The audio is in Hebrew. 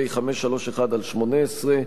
פ/531/18,